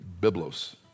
biblos